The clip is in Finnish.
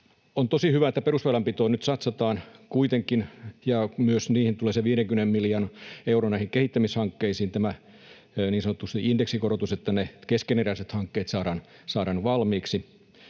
on tosi hyvä, että perusväylänpitoon nyt satsataan kuitenkin ja myös niihin kehittämishankkeisiin tulee se 50 miljoonaa euroa, tämä niin sanottu indeksikorotus, niin että ne keskeneräiset hankkeet saadaan valmiiksi.